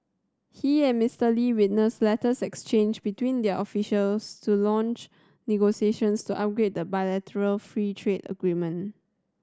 he and Mister Lee witnessed letters exchanged between their officials to launch negotiations to upgrade the bilateral free trade agreement